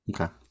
Okay